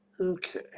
Okay